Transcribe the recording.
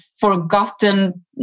forgotten